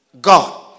God